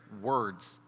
words